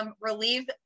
relieve